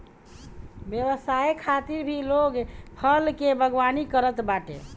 व्यवसाय खातिर भी लोग फल के बागवानी करत बाटे